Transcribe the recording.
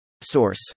Source